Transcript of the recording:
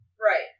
Right